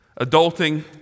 adulting